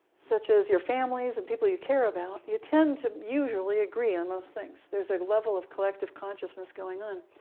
such as your families and people you care about, you tend to usually agree on most things. there's a level of collective consciousness going on.